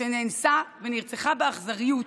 שנאנסה ונרצחה באכזריות